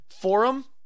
forum